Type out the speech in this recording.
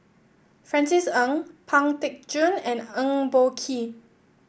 Francis Ng Pang Teck Joon and Eng Boh Kee